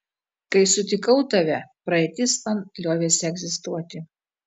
kai sutikau tave praeitis man liovėsi egzistuoti